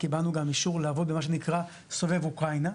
קיבלנו אישור גם לעבוד במה שנקרא סובב אוקראינה,